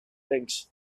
links